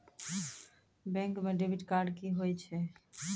Bank म debit card की होय छै?